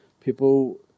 people